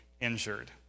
injured